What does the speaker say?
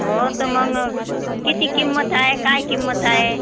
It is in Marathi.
हो त मग किती किंमत आहे काय किंमत आहे